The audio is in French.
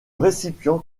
récipient